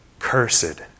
Cursed